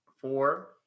four